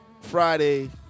Friday